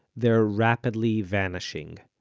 they are rapidly vanishing.